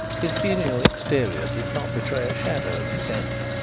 his genial exterior did not betray a shadow of dissent.